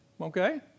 Okay